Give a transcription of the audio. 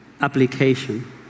application